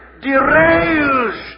derails